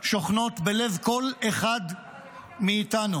שוכנות בלב כל אחד מאיתנו: